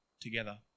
together